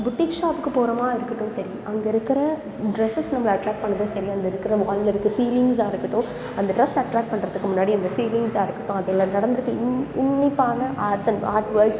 boutique ஷாப்புக்கு போறோமா இருக்கட்டும் சரி அங்கே இருக்கிற ட்ரஸ்ஸஸ் நம்மளை அட்ராக்ட் பண்ணறதும் சரி அங்கே இருக்கற வாலில் இருக்கிற சீலிங்ஸாக இருக்கட்டும் அந்த ட்ரஸ் அட்ராக்ட் பண்ணுறதுக்கு முன்னாடி அந்த சீலிங்ஸாக இருக்கட்டும் அதில் நடந்திருக்க உன் உன்னிப்பான ஆர்ட் அண்ட் ஆர்ட் ஒர்க்ஸ்